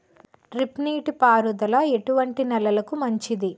Drip నీటి పారుదల ఎటువంటి నెలలకు మంచిది?